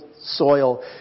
soil